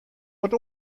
wat